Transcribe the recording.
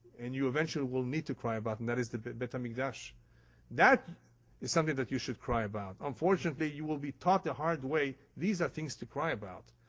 and you eventually will need to cry about, and that is the temple. um and so that is something that you should cry about. unfortunately, you will be taught the hard way, these are things to cry about.